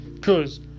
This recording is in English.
cause